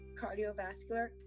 cardiovascular